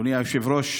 אדוני היושב-ראש,